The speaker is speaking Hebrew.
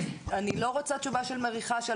אני לא רוצה תשובה של מריחה.